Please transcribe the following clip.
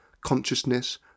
consciousness